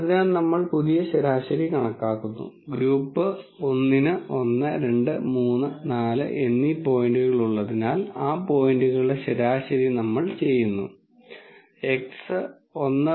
അതിനാൽ നമ്മൾ പുതിയ ശരാശരി കണക്കാക്കുന്നു ഗ്രൂപ്പ് 1 ന് 1 2 3 4 എന്നീ പോയിന്റുകൾ ഉള്ളതിനാൽ ആ പോയിന്റുകളുടെ ശരാശരി നമ്മൾ ചെയ്യുന്നു x 1